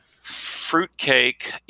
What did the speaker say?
Fruitcake